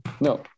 no